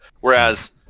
Whereas